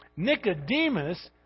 Nicodemus